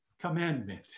commandment